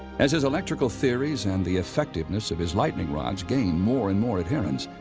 as his electrical theories and the effectiveness of his lightning rods gained more and more adherents,